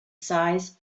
size